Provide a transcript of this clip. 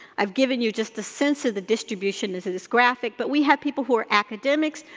i've given you just a sense of the distribution as it is graphic but we have people who are academics,